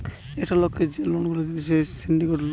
একটা লোককে যে লোন গুলা দিতেছে সিন্ডিকেট লোন